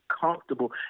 comfortable